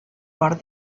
port